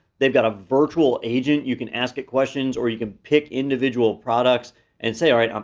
they've got a virtual agent. you can ask it questions or you can pick individual products and say, all right, um